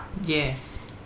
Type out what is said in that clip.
Yes